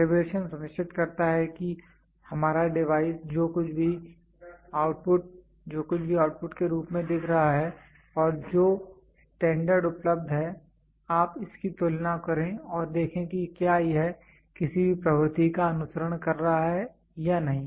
calibration सुनिश्चित करता है कि हमारा डिवाइस जो कुछ भी आउटपुट के रूप में दिखा रहा है और जो स्टैंडर्ड उपलब्ध है आप इसकी तुलना करें और देखें कि क्या यह किसी भी प्रवृत्ति का अनुसरण कर रहा है या नहीं